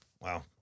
Wow